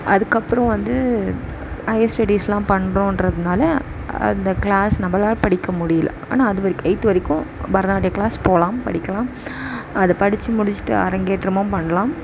அதுக்கப்புறம் வந்து ஹயர் ஸ்டடிஸுலாம் பண்ணுறோம்ன்றதுனால அந்த க்ளாஸ் நம்மளால் படிக்க முடியல ஆனால் அதுவரைக்கும் எயித் வரைக்கும் பரதநாட்டியம் க்ளாஸ் போகலாம் படிக்கலாம் அது படித்து முடிச்சுட்டு அரங்கேற்றமும் பண்ணலாம்